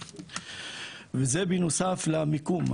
זה בנוסף למיקום.